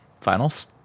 finals